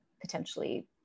potentially